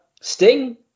Sting